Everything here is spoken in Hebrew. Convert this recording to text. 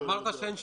שציקי